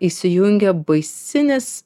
įsijungia baisinis